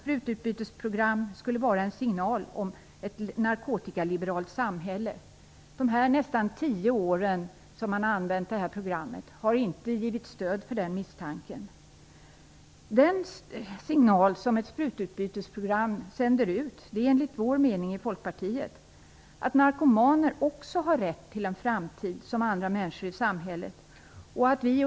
Sprututbytesprogram skulle vara en signal om ett narkotikaliberalt samhälle. Under nästan tio år har det här programmet använts, men ändå har inte stöd givits för nämnda misstanke. Den signal som ett sprututbytesprogram sänder ut är enligt Folkpartiets mening att narkomaner, liksom andra människor i samhället, har rätt till en framtid.